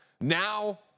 now